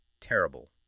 terrible